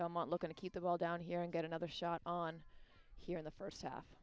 belmont looking to keep the ball down here and get another shot on here in the first half